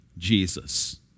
jesus